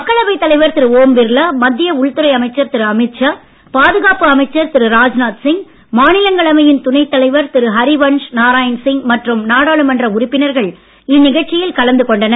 மக்களவை தலைவர் திரு ஓம் பிர்லா மத்திய உள்துறை அமைச்சர் திரு அமீத் ஷா பாதுகாப்பு அமைச்சர் திரு ராஜ்நாத் சிங் மாநிலங்களவையின் துணைத் தலைவர் திரு ஹரிவன்ஷ் நாராயணன் சிங் மற்றும் நாடாளுமன்ற உறுப்பினர்கள் இந்நிகழ்ச்சியில் கலந்து கொண்டனர்